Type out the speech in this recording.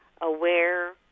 aware